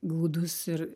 glaudus ir